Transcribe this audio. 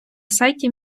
сайті